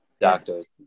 doctors